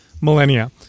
millennia